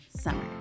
Summer